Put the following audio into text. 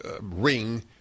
ring